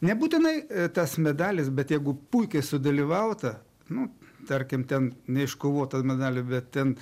nebūtinai tas medalis bet jeigu puikiai sudalyvauta nu tarkim ten neiškovota medalio bet ten